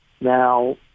now